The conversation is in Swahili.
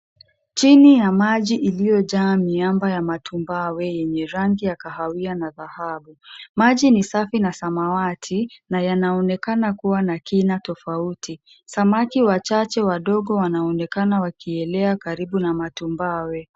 Chini ya maji iliyojaa miamba ya matumbawe yenye rangi ya kahawia na dhahabu. Maji ni safi na samawati na yanaonekana kuwa na kina tofauti. Samaki wachache wadogo wanaonekana wakielea karibu na matumbawe.